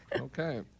Okay